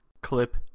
clip